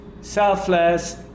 selfless